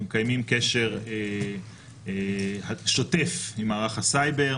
אנחנו מקיימים קשר שוטף עם מערך הסייבר,